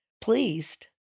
pleased